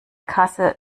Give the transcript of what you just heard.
kasse